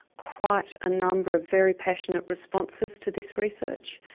quite a number of very passionate responses to this research,